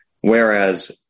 Whereas